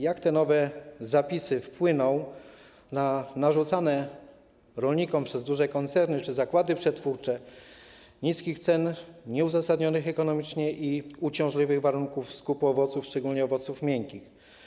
Jak te nowe zapisy wpłyną na narzucane rolnikom przez duże koncerny czy zakłady przetwórcze niskie ceny nieuzasadnione ekonomicznie i uciążliwe warunki skupu owoców, szczególnie owoców miękkich?